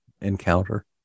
encounter